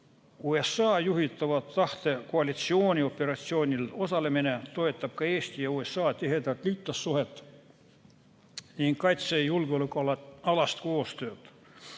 USA juhitava tahtekoalitsiooni operatsioonil osalemine toetab ka Eesti ja USA tihedat liitlassuhet ning kaitse- ja julgeolekualast koostööd.